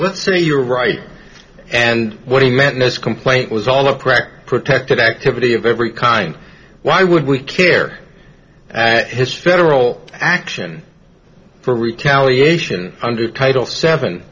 let's say you're right and what he meant in this complaint was all the crack protected activity of every kind why would we care act has federal action for retaliation under title seven